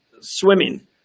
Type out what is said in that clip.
swimming